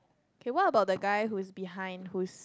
okay what about the guy who's behind whose